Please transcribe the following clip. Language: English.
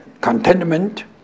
contentment